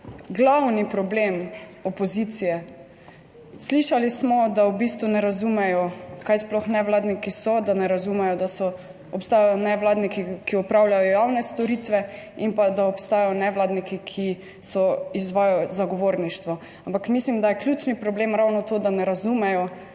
glavni problem opozicije. Slišali smo, da v bistvu ne razumejo kaj sploh nevladniki so, da ne razumejo, da obstajajo nevladniki, ki opravljajo javne storitve in pa da obstajajo nevladniki, ki so izvajajo zagovorništvo. Ampak mislim, da je ključni problem ravno to, da ne razumejo